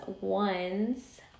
ones